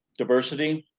diversity,